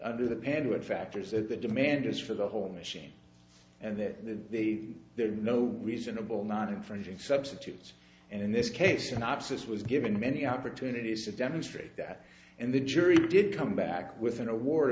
do that and what factors that the demand is for the whole machine and that there are no reasonable not infringing substitutes and in this case an abscess was given many opportunities to demonstrate that and the jury did come back with an award